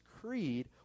creed